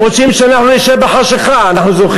אני חוזר